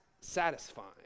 satisfying